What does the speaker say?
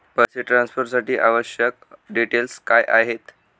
पैसे ट्रान्सफरसाठी आवश्यक डिटेल्स काय आहेत?